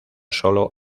solo